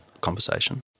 Conversation